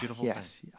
yes